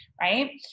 right